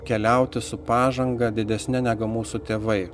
keliauti su pažanga didesne negu mūsų tėvai